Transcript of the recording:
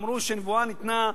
אמרו שנבואה ניתנה,